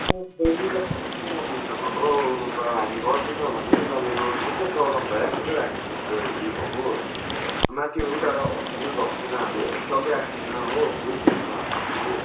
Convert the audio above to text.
अब बहिनी तपाईँले कस्तो न बुझ्नु भएको हौ अब हामी गर्दिन्छ भन्दैछ त अहिले रोड त्यस्तै प्रोब्लम भइरहेको छ र त हामी त्यस्तो उयो भएको माथि उताबाट उयो भएको छैन हाम्रो स्टकै आएको छैन हो बुझ्नुहोस् न अब तपाईँले